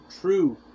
true